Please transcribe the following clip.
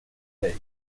lake